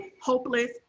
hopeless